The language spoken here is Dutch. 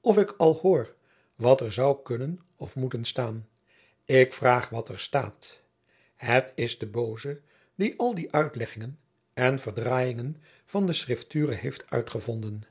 of ik al hoor wat er zou kunnen of moeten staan ik vraag wat er staat het is de booze die al die uitleggingen en verdrajingen van de schrifture heeft uitgevonden